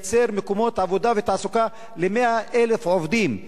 שייצר מקומות עבודה ותעסוקה ל-100,000 עובדים.